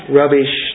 rubbish